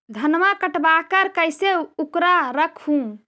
धनमा कटबाकार कैसे उकरा रख हू?